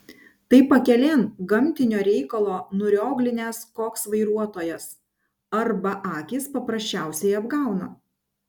tai pakelėn gamtinio reikalo nurioglinęs koks vairuotojas arba akys paprasčiausiai apgauna